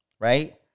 right